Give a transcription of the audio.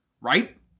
Right